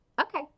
Okay